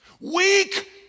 weak